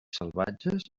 salvatges